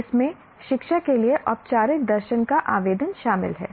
इसमें शिक्षा के लिए औपचारिक दर्शन का आवेदन शामिल है